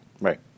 Right